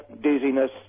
dizziness